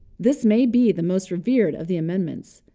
this may be the most revered of the amendments.